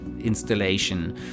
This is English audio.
installation